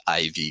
IV